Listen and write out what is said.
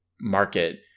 market